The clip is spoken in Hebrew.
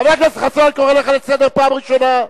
חבר הכנסת חסון, אני קורא לך פעם ראשונה.